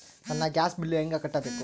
ನನ್ನ gas bill ಹೆಂಗ ಕಟ್ಟಬೇಕು?